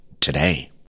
Today